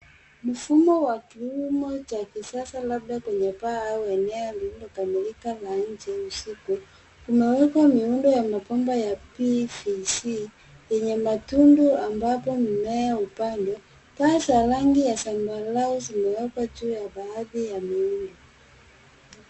Mfumo wa kilimo cha kisasa labda kwenye paa au eneo lililokamilika la nje usiku. Kumewekwa miundo ya mabomba ya PVC yenye matundu ambapo mimea hupandwa. Taa za rangi ya zambarau zimewekwa juu ya baadhi ya miundo.